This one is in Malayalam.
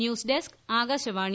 news desk Akashvani